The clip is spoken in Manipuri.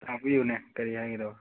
ꯇꯥꯛꯄꯤꯌꯨꯅꯦ ꯀꯔꯤ ꯍꯥꯏꯒꯗꯕ